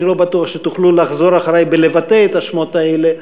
אני לא בטוח שתוכלו לחזור אחרי ולבטא את השמות האלה.